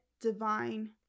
divine